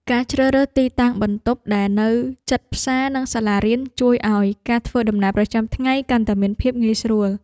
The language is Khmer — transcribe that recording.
ការជ្រើសរើសទីតាំងបន្ទប់ដែលនៅជិតផ្សារនិងសាលារៀនជួយឱ្យការធ្វើដំណើរប្រចាំថ្ងៃកាន់តែមានភាពងាយស្រួល។